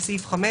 בסעיף 5